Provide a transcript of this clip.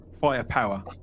firepower